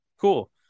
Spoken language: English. Cool